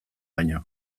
baino